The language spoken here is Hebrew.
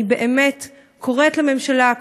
אני באמת קוראת לממשלה,